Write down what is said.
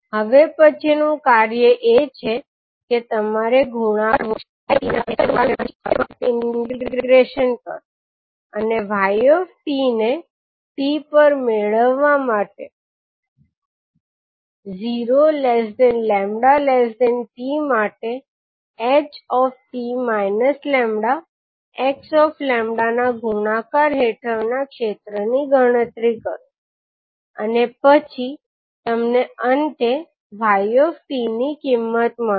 હવે પછીનું કાર્ય એ છે કે તમારે ગુણાકાર કરવો પડશે ℎ 𝑡 𝜆 અને 𝑥 𝜆 નો ગુણાકાર મેળવો અને પછી આપેલ સમય 𝑡 માટે ઈન્ટીગ્રૅશન કરો અને y𝑡 ને t પર મેળવવા માટે 0 𝜆 𝑡 માટે ℎ 𝑡 𝜆 𝑥 𝜆 ના ગુણાકાર હેઠળના ક્ષેત્રની ગણતરી કરો અને પછી તમને અંતે y𝑡 ની કિંમત મળશે